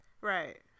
right